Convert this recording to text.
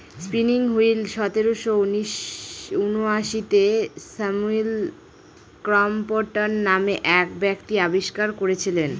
spinning wheel সতেরোশো ঊনআশিতে Samuel Crompton নামে এক ব্যক্তি আবিষ্কার করেছিলেন